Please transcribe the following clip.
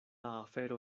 afero